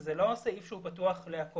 זה לא הסעיף הוא פתוח לכול.